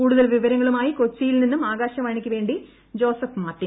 കൂടുതൽ വിവരങ്ങളുമായി കൊച്ചിയിൽ നിന്നും ആകാശവാണിക്കുവേണ്ടി ജോസഫ് മാർട്ടിൻ